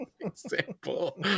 example